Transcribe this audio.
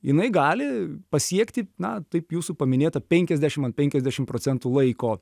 jinai gali pasiekti na taip jūsų paminėtą penkiasdešimt ant penkiasdešimt procentų laiko